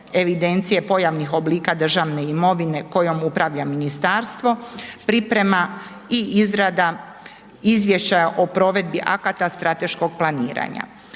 evidencije pojavnih oblika državne imovine kojom upravlja ministarstvo, priprema i izrada izvješćaja o provedbi akata strateškog planiranja,